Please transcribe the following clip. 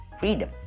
freedom